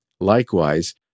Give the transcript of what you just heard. Likewise